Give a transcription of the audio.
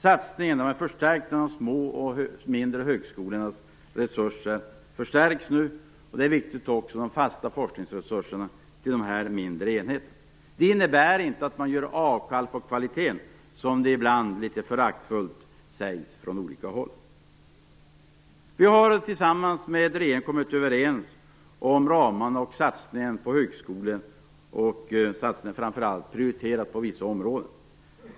Satsningen på de små och mindre högskolornas resurser förstärks nu. Det är också viktigt med fasta forskningsresurser till de mindre enheterna. Det innebär inte att man gör avkall på kvaliteten, som det ibland litet föraktfullt påstås från olika håll. Tillsammans med regeringen har vi kommit överens om ramarna, satsningarna och prioriteringarna när det gäller högskolan.